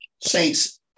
Saints